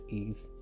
ease